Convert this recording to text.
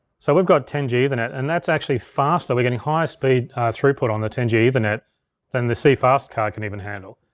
so we've got ten g ethernet, and that's actually faster, we're getting higher speed throughput on the ten g ethernet than the cfast card can even handle.